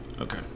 Okay